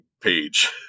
page